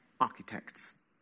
architects